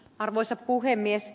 arvoisa puhemies